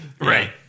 Right